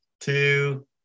two